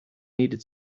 needed